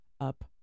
up